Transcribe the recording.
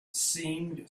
seemed